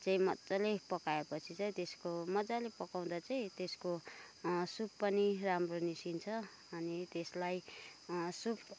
चाहिँ मज्जाले पकाएपछि चाहिँ त्यसको मज्जाले पकाउँदा चाहिँ त्यसको सुप पनि राम्रो निस्किन्छ अनि त्यसलाई सुप